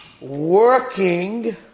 working